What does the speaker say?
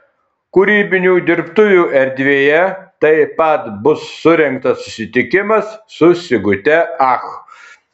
kūrybinių dirbtuvių erdvėje taip pat bus surengtas susitikimas su sigute ach